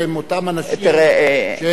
שהם תועי דרך או,